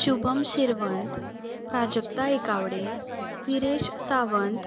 Shubham Shirwant Prajakta Ekawade Viresh Sawant